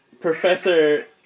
Professor